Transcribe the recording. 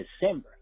December